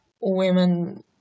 women